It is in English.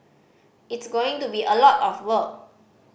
it's going to be a lot of work